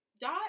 dot